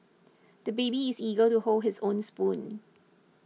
the baby is eager to hold his own spoon